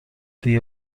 دیگه